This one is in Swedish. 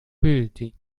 skyldig